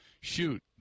Shoot